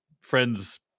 friend's